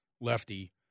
lefty